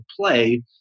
play